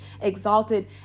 exalted